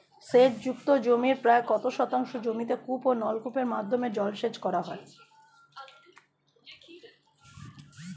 সেচ যুক্ত জমির প্রায় কত শতাংশ জমিতে কূপ ও নলকূপের মাধ্যমে জলসেচ করা হয়?